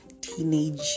teenage